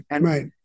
Right